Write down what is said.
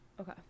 Okay